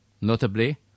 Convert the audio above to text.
notably